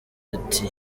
ati